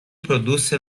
produce